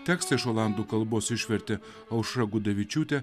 tekstą iš olandų kalbos išvertė aušra gudavičiūtė